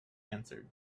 answered